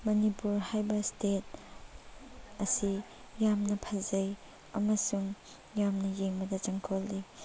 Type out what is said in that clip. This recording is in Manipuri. ꯃꯅꯤꯄꯨꯔ ꯍꯥꯏꯕ ꯏꯁꯇꯦꯠ ꯑꯁꯤ ꯌꯥꯝꯅ ꯐꯖꯩ ꯑꯃꯁꯨꯡ ꯌꯥꯝꯅ ꯌꯦꯡꯕꯗ ꯆꯪꯈꯣꯜꯂꯤ